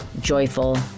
joyful